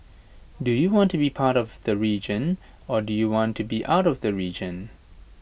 do you want to be part of the region or do you want to be out of the region